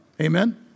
Amen